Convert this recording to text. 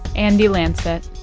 andy lanset.